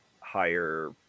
higher